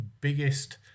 biggest